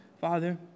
Father